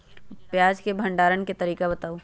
प्याज के भंडारण के तरीका बताऊ?